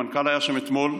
המנכ"ל היה שם אתמול,